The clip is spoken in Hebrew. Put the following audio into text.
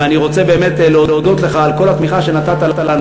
ואני רוצה באמת להודות לך על כל התמיכה שנתת לנו